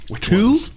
Two